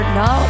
no